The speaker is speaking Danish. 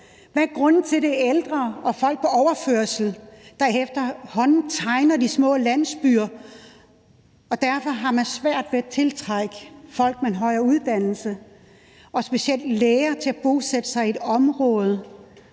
Hvad er grunden til, at det er ældre og folk på overførselsindkomst, der efterhånden tegner de små landsbyer? Det er derfor, man har svært ved at tiltrække folk med en høj uddannelse og specielt læger til at bosætte sig i et område,